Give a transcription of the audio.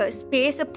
space